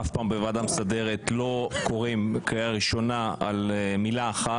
אף פעם בוועדה המסדרת לא קוראים בקריאה ראשונה על מילה אחת.